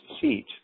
seat